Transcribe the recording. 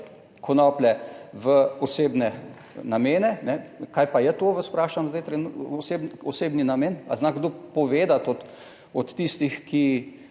konoplje v osebne namene. Kaj pa je to, vas vprašam zdaj, osebni namen? Ali zna kdo povedati od tistih, ki